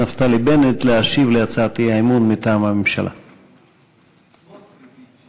נפתלי בנט להשיב מטעם הממשלה על הצעת האי-אמון.